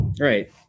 Right